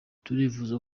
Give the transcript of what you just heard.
turifuza